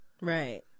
Right